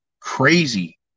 crazy